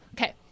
Okay